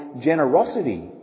generosity